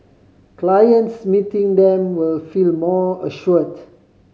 clients meeting them will feel more assured